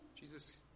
Jesus